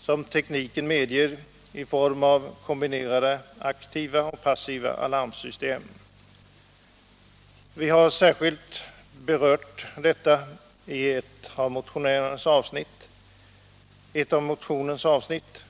som tekniken medger i form av kombinerade aktiva och passiva alarmsystem. Vi har särskilt berört detta i ett av motionens avsnitt.